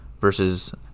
versus